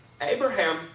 Abraham